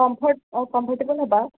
comfort uh comfortable হ'বা